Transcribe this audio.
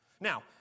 Now